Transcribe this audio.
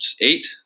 eight